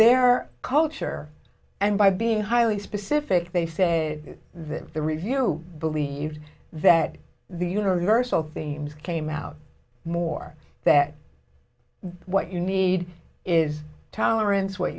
their culture and by being highly specific they say that the review believed that the universal themes came out more that what you need is tolerance what